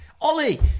Ollie